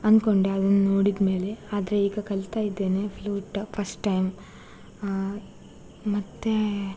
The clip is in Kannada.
ಅಂದ್ಕೊಂಡೆ ಅದನ್ನು ನೋಡಿದಮೇಲೆ ಆದರೆ ಈಗ ಕಲಿತಾಯಿದ್ದೇನೆ ಫ್ಲೂಟ್ ಫಶ್ಟ್ ಟೈಮ್ ಮತ್ತು